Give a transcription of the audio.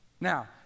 Now